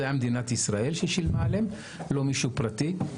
זה היה מדינת ישראל ששילמה עליהם ולא מישהו פרטי.